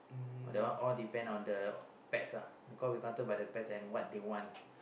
the one all depend on the pets lah because we counted by the pets and what they want